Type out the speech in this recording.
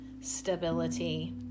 stability